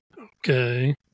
Okay